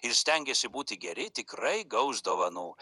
ir stengiasi būti geri tikrai gaus dovanų